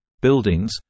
buildings